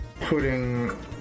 putting